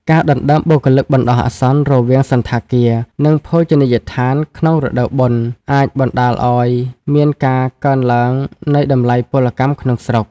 ការដណ្តើមបុគ្គលិកបណ្តោះអាសន្នរវាងសណ្ឋាគារ និងភោជនីយដ្ឋានក្នុងរដូវបុណ្យ អាចបណ្តាលឱ្យមានការកើនឡើងនៃតម្លៃពលកម្មក្នុងស្រុក។